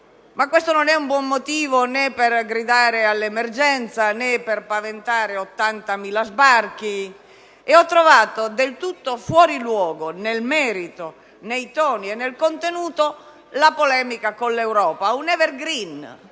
ma questo non è un buon motivo per gridare all'emergenza né per paventare 80.000 sbarchi; inoltre, ho trovato del tutto fuori luogo, nel merito, nei toni e nel contenuto, la polemica con l'Europa, un *evergreen.*